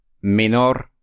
Menor